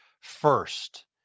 first